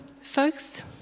folks